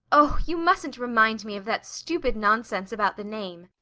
oh you mustn't remind me of that stupid nonsense about the name.